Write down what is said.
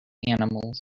animals